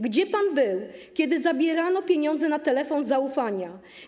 Gdzie pan był, kiedy zabierano pieniądze na telefon zaufania?